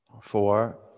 four